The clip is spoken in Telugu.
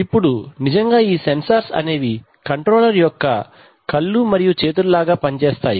ఇప్పుడు నిజంగా ఈ సెన్సార్స్ అనేవి కంట్రోలర్ యొక్క కళ్ళు మరియు చేతుల లాగా పనిచేస్తాయి